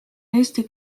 eesti